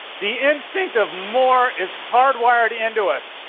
the instinct of more is hardwired into us.